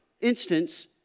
instance